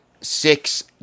six